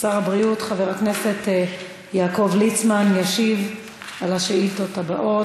שר הבריאות חבר הכנסת יעקב ליצמן ישיב על השאילתות הבאות.